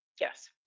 Yes